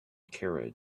carriage